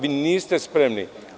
Vi niste spremni.